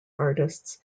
artists